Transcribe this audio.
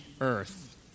earth